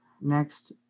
Next